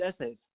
essays